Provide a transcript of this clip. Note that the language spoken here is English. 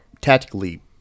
tactically